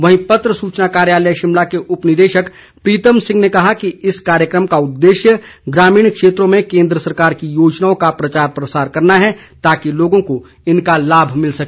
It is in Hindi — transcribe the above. वहीं पत्र सूचना कार्यालय शिमला के उप निदेशक प्रीतम सिंह ने कहा कि इस कार्यकम का उद्देश्य ग्रामीण क्षेत्रों में केन्द्र सरकार की योजनाओं का प्रचार प्रसार करना है ताकि लोगों को इनका लाभ मिल सके